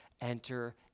enter